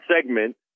segment